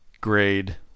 grade